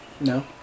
No